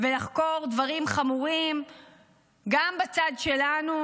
ולחקור דברים חמורים גם בצד שלנו,